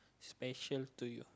special to you